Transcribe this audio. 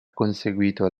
conseguito